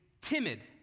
timid